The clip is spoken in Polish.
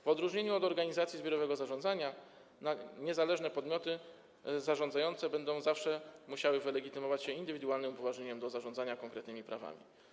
W odróżnieniu od organizacji zbiorowego zarządzania niezależne podmioty zarządzające zawsze będą musiały wylegitymować się indywidualnym upoważnieniem do zarządzania konkretnymi prawami.